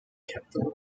capital